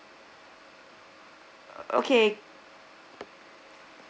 okay